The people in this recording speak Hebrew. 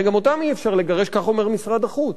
הרי גם אותם אי-אפשר לגרש, כך אומר משרד החוץ.